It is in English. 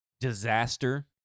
disaster